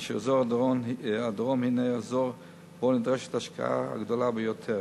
ושאזור הדרום הוא אזור שבו נדרשת ההשקעה הגדולה ביותר.